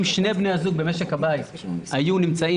אם שני בני הזוג במשק הבית היו נמצאים